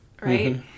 Right